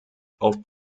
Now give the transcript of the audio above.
auf